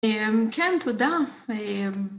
‫כן, תודה.